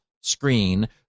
screen